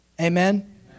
Amen